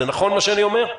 זה נכון מה שאני אומר?